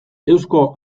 eusko